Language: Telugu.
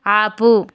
ఆపు